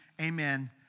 Amen